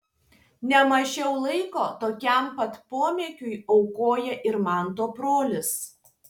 ne mažiau laiko tokiam pat pomėgiui aukoja ir manto brolis